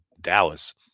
Dallas